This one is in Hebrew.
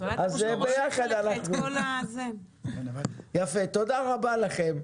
תודה רבה לכם.